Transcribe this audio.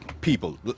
people